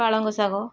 ପାଳଙ୍ଗ ଶାଗ